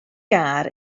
gar